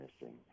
missing